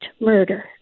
murder